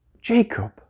Jacob